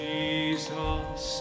Jesus